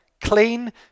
clean